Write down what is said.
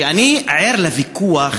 שכן אני ער לוויכוח